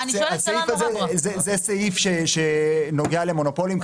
הוא סעיף שנוגע למונופולים.